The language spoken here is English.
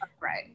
right